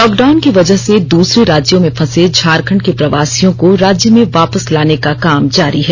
lockdown की वजह से दूसरे राज्यों में फंसे झारखंड के प्रवासियों को राज्य में वापस लाने का काम जारी है